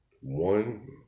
One